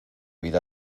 vida